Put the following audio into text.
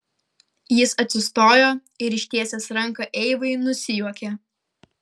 jis atsistojo ir ištiesęs ranką eivai nusijuokė